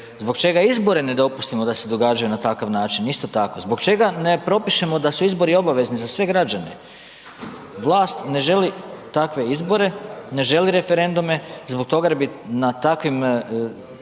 Zbog čega izbore ne dopustimo da se događaju na takav način isto tako? Zbog čega ne propišemo da su izbori obavezni za sve građene? Vlast ne želi takve izbore, ne želi referendume zbog toga jer bi na takvim